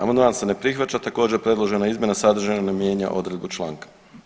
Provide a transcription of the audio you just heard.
Amandman se ne prihvaća, također predložena izmjena sadržana ne mijenja odredbu članka.